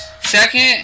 Second